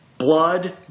Blood